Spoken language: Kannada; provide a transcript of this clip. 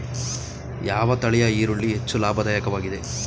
ಯಾವ ತಳಿಯ ಈರುಳ್ಳಿ ಹೆಚ್ಚು ಲಾಭದಾಯಕವಾಗಿದೆ?